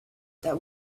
that